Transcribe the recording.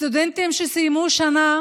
הסטודנטים שסיימו שנה